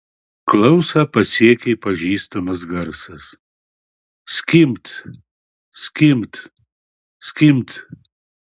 klausą pasiekė pažįstamas garsas skimbt skimbt skimbt